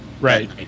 Right